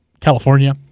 California